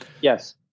yes